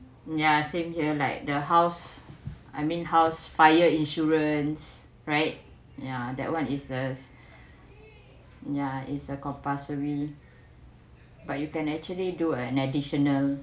yeah same here like the house I mean house fire insurances right ya that one is uh ya is a compulsory but you can actually do an additional